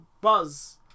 buzz